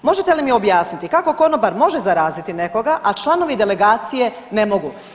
Možete li mi objasniti kako konobar može zaraziti nekoga, a članovi delegacije ne mogu.